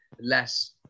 less